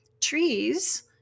trees